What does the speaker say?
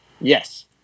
Yes